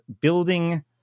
building